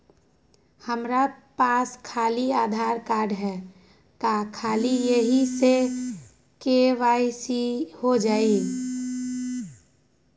हमरा पास खाली आधार कार्ड है, का ख़ाली यही से के.वाई.सी हो जाइ?